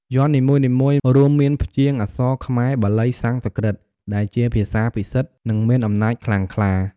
យ័ន្តនីមួយៗ រួមមានព្យាង្គអក្សរខ្មែរ–បាលី–សំស្ក្រឹត ដែលជាភាសាពិសិដ្ឋ និងមានអំណាចខ្លាំងក្លា។